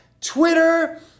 Twitter